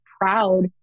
proud